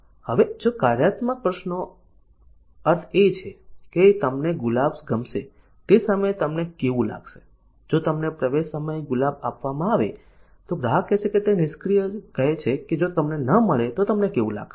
હવે જો કાર્યાત્મક પ્રશ્નનો અર્થ એ છે કે તમને ગુલાબ ગમશે તે સમયે તમને કેવું લાગશે જો તમને પ્રવેશ સમયે ગુલાબ આપવામાં આવે તો ગ્રાહક કહે છે કે નિષ્ક્રિય તે કહે છે કે જો તમને ન મળે તો તમને કેવું લાગશે